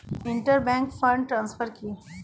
Inter bank fund transfer কি?